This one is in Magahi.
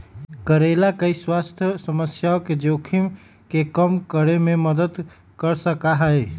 करेला कई स्वास्थ्य समस्याओं के जोखिम के कम करे में मदद कर सका हई